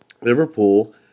Liverpool